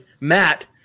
Matt